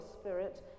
Spirit